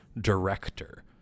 director